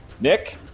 Nick